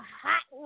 hot